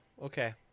Okay